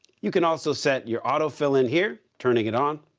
you can also set your auto fill in here. turning it on.